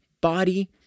body